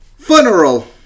Funeral